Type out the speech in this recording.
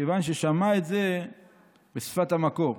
מכיוון ששמע את זה בשפת המקור.